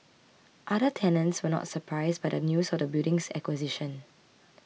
other tenants were not surprised by the news of the building's acquisition